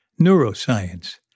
neuroscience